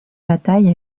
bataille